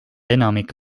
enamik